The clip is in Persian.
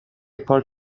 پارک